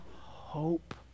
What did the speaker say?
hope